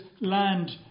land